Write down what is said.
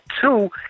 two